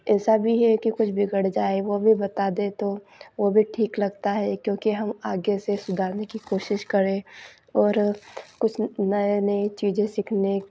ऐसा भी है कि कुछ बिगड़ जाए वो भी बता दे तो वो भी ठीक लगता है क्योंकि हम आगे से सुधारने की कोशिश करें और कुछ नए नई चीज़ें सीखने